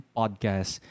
podcast